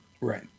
right